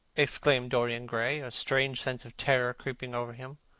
exclaimed dorian gray, a strange sense of terror creeping over him.